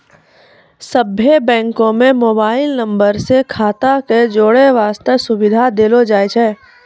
सभ्भे बैंको म मोबाइल नम्बर से खाता क जोड़ै बास्ते सुविधा देलो जाय छै